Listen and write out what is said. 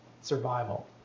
survival